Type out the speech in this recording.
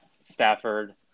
Stafford